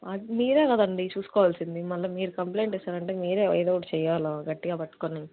అది మీరే కదండి చూసుకోవాల్సింది మళ్ళీ మీరు కంప్లయింట్ ఇస్తూ అంటే మీరే ఏదో ఒకటి చెయ్యాలి గట్టిగా పట్టుకుని